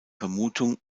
vermutung